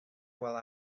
while